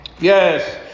Yes